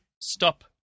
stop